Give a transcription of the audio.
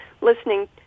listening